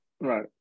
right